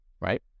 right